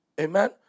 Amen